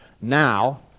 Now